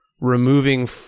removing